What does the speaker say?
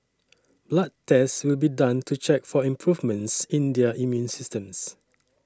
blood tests will be done to check for improvements in their immune systems